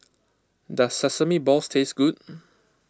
does Sesame Balls taste good